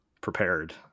prepared